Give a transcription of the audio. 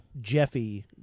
Jeffy